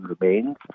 remains